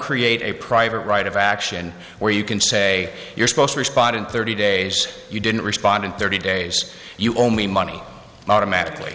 create a private right of action where you can say you're supposed to respond in thirty days you didn't respond in thirty days you only money automatically